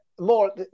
More